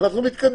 אנחנו מתקדמים.